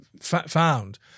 found